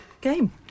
game